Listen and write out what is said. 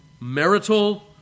marital